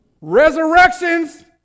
Resurrections